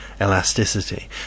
elasticity